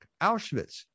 Auschwitz